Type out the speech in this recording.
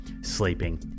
sleeping